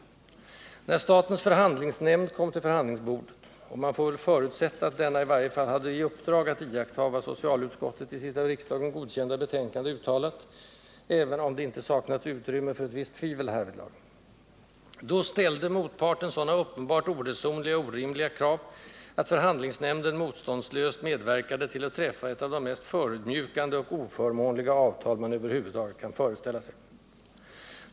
När statens förhandlingsnämnd kom till förhandlingsbordet — och man får väl förutsätta att denna i varje fall hade i uppdrag att iakttaga vad socialutskottet i sitt av riksdagen godkända betänkande uttalat, även om det icke saknats utrymme för visst tvivel härvidlag — då ställde motparten sådana uppenbart oresonliga och orimliga krav att förhandlingsnämnden motståndslöst medverkade till att träffa ett av de mest förödmjukande och oförmånliga avtal man över huvud taget kan föreställa sig.